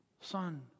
Son